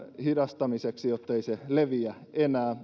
hidastamiseksi jottei se leviä enää